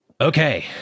Okay